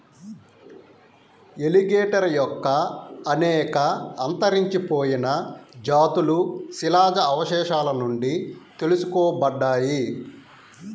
alligator యొక్క అనేక అంతరించిపోయిన జాతులు శిలాజ అవశేషాల నుండి తెలుసుకోబడ్డాయి